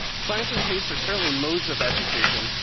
science and tastes are certainly modes of education,